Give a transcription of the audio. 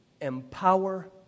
empower